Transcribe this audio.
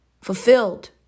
fulfilled